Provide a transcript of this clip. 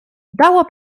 dało